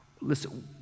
Listen